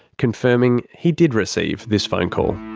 confirming he did receive this phone call.